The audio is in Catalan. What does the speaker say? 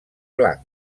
blanc